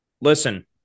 Listen